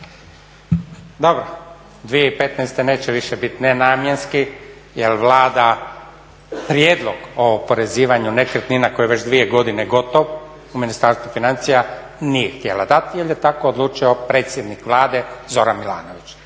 Da, 2015. neće više biti nenamjenski jer Vlada prijedlog o oporezivanju nekretnina koji je već 2 godine gotovo u Ministarstvu financija nije htjela dati jer je tako odlučio predsjednik Vlade, Zoran Milanović.